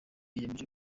yiyemeje